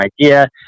idea